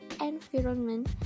environment